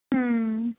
ਹੂੰ